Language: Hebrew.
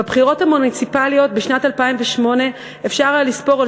בבחירות המוניציפליות בשנת 2008 אפשר היה לספור על